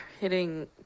hitting